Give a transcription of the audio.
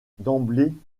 d’emblée